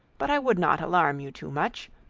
but i would not alarm you too much.